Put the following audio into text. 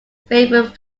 favourite